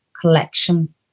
collection